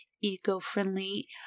eco-friendly